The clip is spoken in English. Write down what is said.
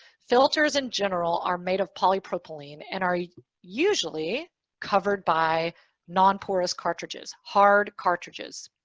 filters in general are made of polypropylene and are usually covered by non-porous cartridges, hard cartridges.